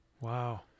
wow